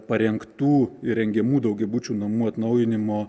parengtų įrengiamų daugiabučių namų atnaujinimo